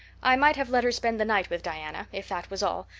i might have let her spend the night with diana, if that was all.